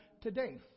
today